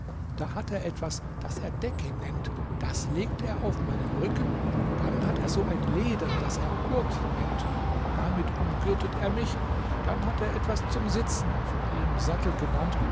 da hat er etwas das er decke nennt das legt er auf meinen rücken dann hat er so ein leder das er gurt nennt damit umgürtet er mich dann hat er etwas zum sitzen von ihm sattel genannt